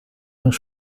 eles